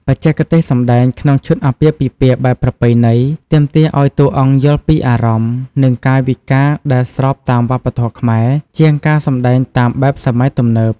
បច្ចេកទេសសម្ដែងក្នុងឈុតអាពាហ៍ពិពាហ៍បែបប្រពៃណី ទាមទារឲ្យតួអង្គយល់ពីអារម្មណ៍ និងកាយវិការដែលស្របតាមវប្បធម៌ខ្មែរ ជាងការសម្ដែងតាមបែបសម័យទំនើប។